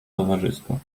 towarzysko